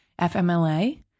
FMLA